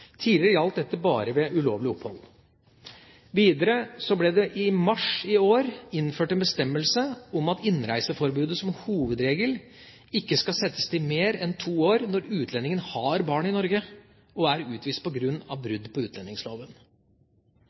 Tidligere gjaldt dette bare ved ulovlig opphold. Videre ble det i mars i år innført en bestemmelse om at innreiseforbudet som hovedregel ikke skal settes til mer enn to år når utlendingen har barn i Norge og er utvist på grunn av brudd på utlendingsloven.